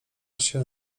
się